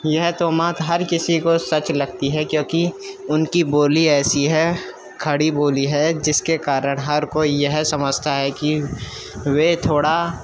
یہ تہمات ہر کسی کو سچ لگتی ہے کیونکہ ان کی بولی ایسی ہے کھڑی بولی ہے جس کے کارن ہر ہوئی یہ سمجھتا ہے کہ وے تھوڑا